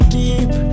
deep